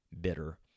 bitter